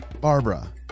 Barbara